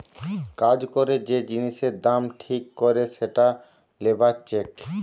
কাজ করে যে জিনিসের দাম ঠিক করে সেটা লেবার চেক